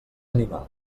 animal